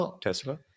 tesla